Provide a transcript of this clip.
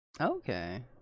Okay